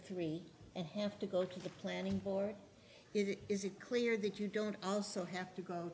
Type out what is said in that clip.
three and have to go to the planning board if it is it clear that you don't also have to go